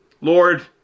Lord